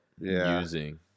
using